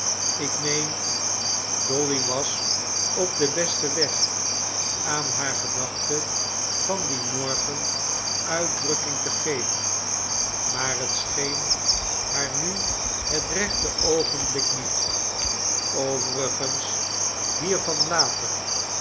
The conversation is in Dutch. ik meen dolly was op den besten weg aan haar gedachten van dien morgen uitdrukking te geven maar het scheen haar nu het rechte oogenblik niet overigens hiervan later